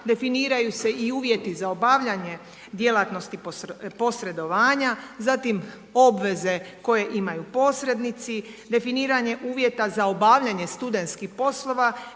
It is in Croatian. definiraju se i uvjeti za obavljanje djelatnosti posredovanja, zatim obveze koje imaju posrednici, definiranje uvjeta za obavljanje studentskih poslova